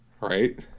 right